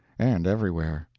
and everywhere.